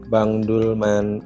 Bangdulman